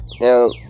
now